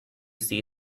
see